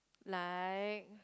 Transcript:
like